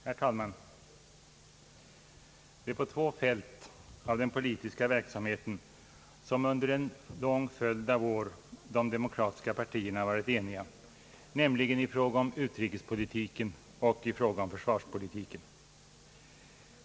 Herr talman! Det är på två fält av den politiska verksamheten som under en lång följd av år de demokratiska partierna varit eniga, nämligen i fråga om utrikespolitiken och i fråga om försvarspolitiken.